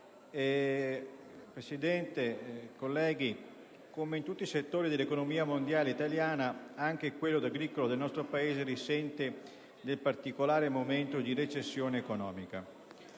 Presidente, colleghi, come accade per tutti i settori dell'economia a livello mondiale ed italiano, anche quello agricolo del nostro Paese risente del particolare momento di recessione economica.